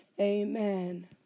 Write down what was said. amen